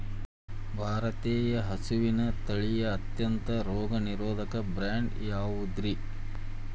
ಭಾರತೇಯ ಹಸುವಿನ ತಳಿಗಳ ಅತ್ಯಂತ ರೋಗನಿರೋಧಕ ಬ್ರೇಡ್ ಯಾವುದ್ರಿ?